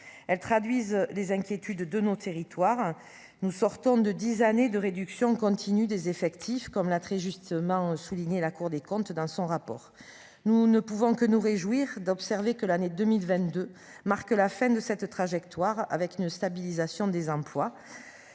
elles traduisent les inquiétudes de nos territoires, nous sortons de 10 années de réduction continue des effectifs, comme l'a très justement souligné la Cour des comptes dans son rapport, nous ne pouvant que nous réjouir d'observer que l'année 2022 marque la fin de cette trajectoire avec une stabilisation des emplois,